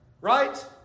right